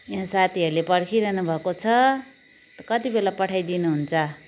या साथीहरूले पर्खिराख्नु भएको छ कतिबेला पठाई दिनुहुन्छ